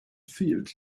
field